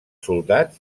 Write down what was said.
soldats